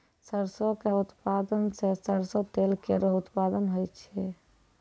सरसों क उत्पादन सें सरसों तेल केरो उत्पादन होय छै